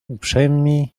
uprzejmi